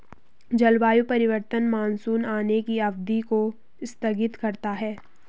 जलवायु परिवर्तन मानसून आने की अवधि को स्थगित करता है